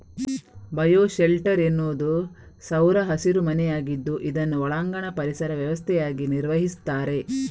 bio shelter ಎನ್ನುವುದು ಸೌರ ಹಸಿರು ಮನೆಯಾಗಿದ್ದು ಇದನ್ನು ಒಳಾಂಗಣ ಪರಿಸರ ವ್ಯವಸ್ಥೆಯಾಗಿ ನಿರ್ವಹಿಸ್ತಾರೆ